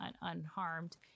unharmed